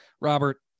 Robert